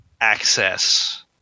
access